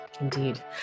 indeed